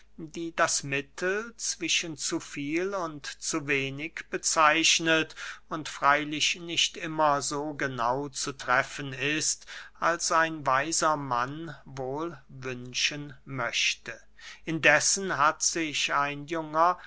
die das mittel zwischen zu viel und zu wenig bezeichnet und freylich nicht immer so genau zu treffen ist als ein weiser mann wohl wünschen möchte indessen hat sich ein junger